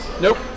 Nope